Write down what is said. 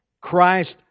Christ